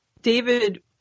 David